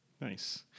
Nice